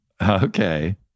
Okay